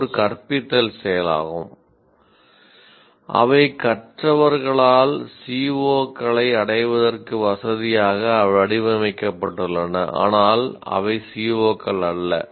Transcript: இது ஒரு கற்பித்தல் செயலாகும் அவை கற்றவர்களால் CO களை அடைவதற்கு வசதியாக வடிவமைக்கப்பட்டுள்ளன ஆனால் அவை CO கள் அல்ல